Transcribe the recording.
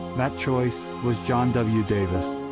that choice was john w. davis.